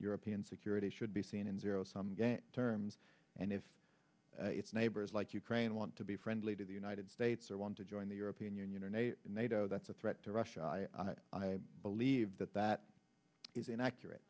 european security should be seen in zero sum game terms and if its neighbors like ukraine want to be friendly to the united states or want to join the european union and nato that's a threat to russia i believe that that is inaccurate